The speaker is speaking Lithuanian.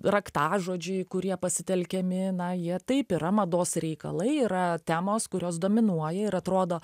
raktažodžiai kurie pasitelkiami na jie taip yra mados reikalai yra temos kurios dominuoja ir atrodo